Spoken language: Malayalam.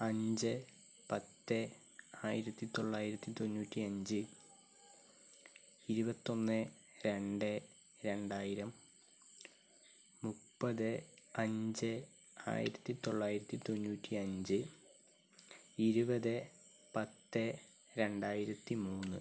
അഞ്ച് പത്ത് ആയിരത്തി തൊള്ളായിരത്തി തൊണ്ണൂറ്റി അഞ്ച് ഇരുപത്തൊന്ന് രണ്ട് രണ്ടായിരം മുപ്പത് അഞ്ച് ആയിരത്തി തൊള്ളായിരത്തി തൊണ്ണൂറ്റി അഞ്ച് ഇരുപത് പത്ത് രണ്ടായിരത്തി മൂന്ന്